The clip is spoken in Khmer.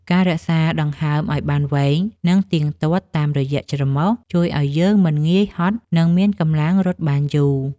ការរក្សាដង្ហើមឱ្យបានវែង និងទៀងទាត់តាមរយៈច្រមុះ ជួយឱ្យយើងមិនងាយហត់ និងមានកម្លាំងរត់បានយូរ។